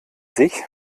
sich